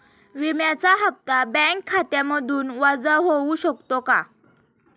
विम्याचा हप्ता बँक खात्यामधून वजा होऊ शकतो का?